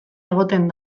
egoten